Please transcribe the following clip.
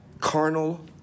carnal